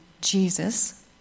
Jesus